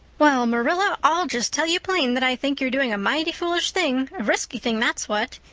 well, marilla, i'll just tell you plain that i think you're doing a mighty foolish thing a risky thing, that's what.